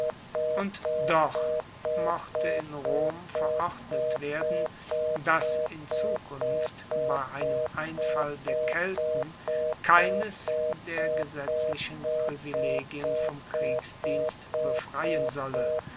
und doch mochte in rom verordnet werden dass in zukunft bei einem einfall der kelten keines der gesetzlichen privilegien vom kriegsdienst befreien solle